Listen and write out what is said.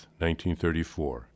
1934